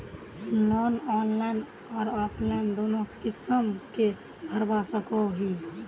Loan online आर offline दोनों किसम के भरवा सकोहो ही?